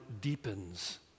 deepens